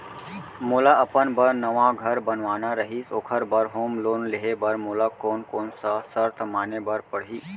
मोला अपन बर नवा घर बनवाना रहिस ओखर बर होम लोन लेहे बर मोला कोन कोन सा शर्त माने बर पड़ही?